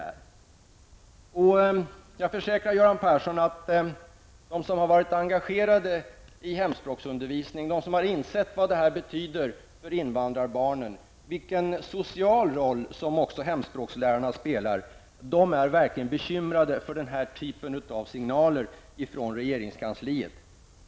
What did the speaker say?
Jag kan försäkra Göran Persson att de som varit engagerade i hemspråksundervisningen och insett vad detta betyder för invandrarbarnen och vet att hemspråkslärarna också har en social betydelse, är verkligen bekymrade över den här typen av signaler från regeringskansliet.